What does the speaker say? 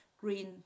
green